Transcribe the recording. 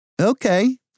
Okay